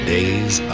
Days